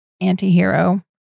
anti-hero